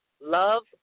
Love